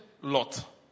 Lot